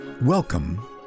welcome